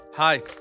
Hi